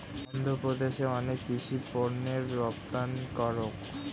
অন্ধ্রপ্রদেশ অনেক কৃষি পণ্যের রপ্তানিকারক